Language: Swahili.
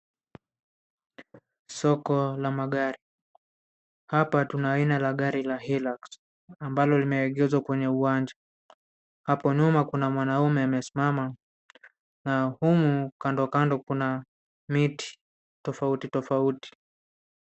Soko la magari. Hapa tuna aina la gari ya Hilux, ambalo limeegeshwa kwenye uwanja. Hapo nyuma kuna mwanamume amesimama na humu kando kando kuna miti tofauti tofauti.